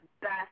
best